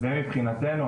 מבחינתנו,